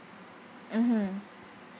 mmhmm